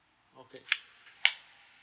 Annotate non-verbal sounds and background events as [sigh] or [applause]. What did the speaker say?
okay [noise]